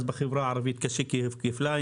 אז בחברה הערבית קשה כפליים.